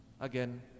Again